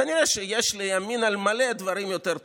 כנראה שיש לימין על מלא דברים יותר דחופים.